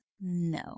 No